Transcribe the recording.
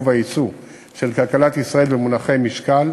והיצוא של כלכלת ישראל במונחי משקל,